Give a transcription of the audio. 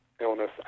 illness